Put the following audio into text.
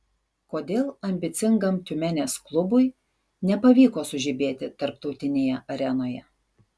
kodėl ambicingam tiumenės klubui nepavyko sužibėti tarptautinėje arenoje